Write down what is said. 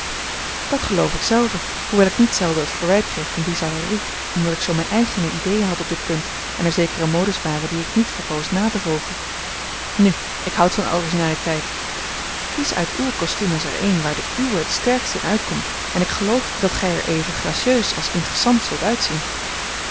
dat geloof ik zelve hoewel ik niet zelden het verwijt kreeg van bizarrerie omdat ik zoo mijne eigene ideeën had op dit punt en er zekere modes waren die ik niet verkoos na te volgen nu ik houd van originaliteit kies uit uwe kostumes er een waar de uwe het sterkste in uitkomt en ik geloof dat gij er even gracieus als interessant zult uitzien